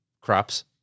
crops